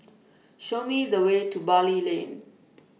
Show Me The Way to Bali Lane